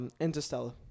Interstellar